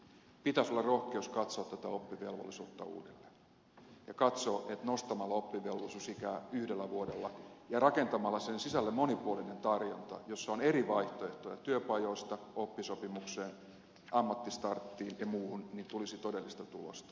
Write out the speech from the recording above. pitäisi olla rohkeus katsoa tätä oppivelvollisuutta uudelleen ja katsoa että nostamalla oppivelvollisuusikää yhdellä vuodella ja rakentamalla oppivelvollisuuden sisälle monipuolinen tarjonta jossa on eri vaihtoehtoja työpajoista oppisopimukseen ammattistarttiin ja muuhun tulisi todellista tulosta